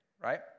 right